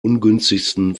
ungünstigsten